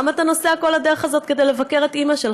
למה אתה נוסע כל הדרך הזאת כדי לבקר את אימא שלך?